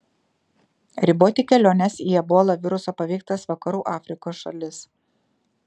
riboti keliones į ebola viruso paveiktas vakarų afrikos šalis